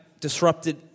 disrupted